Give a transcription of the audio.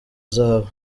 zahabu